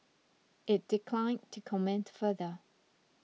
it declined to comment further